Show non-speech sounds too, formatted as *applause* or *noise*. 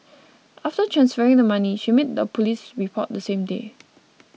*noise* after transferring the money she made a police report that same day